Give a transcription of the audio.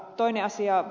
toinen asia